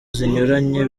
zinyuranye